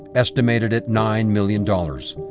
estimated at nine million dollars,